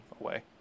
away